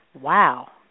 wow